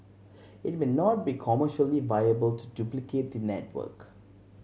it may not be commercially viable to duplicate the network